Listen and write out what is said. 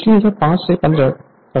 इसलिए यह 5 से 15 2 0153 होगा